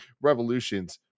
revolutions